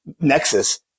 Nexus